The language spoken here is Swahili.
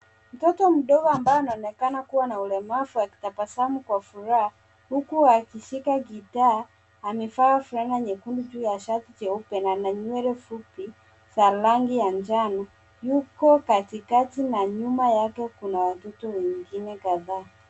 Mtoto mdogo ambaye anaonekana kuwa na ulemavu akitabasamu kwa furaha huku akishika gitaa. Amevaa fulana nyekundu juu ya shati jeupe na ana nywele fupi za rangi ya njano. Yuko katikati na nyuma yake kuna watoto wengine kadhaa.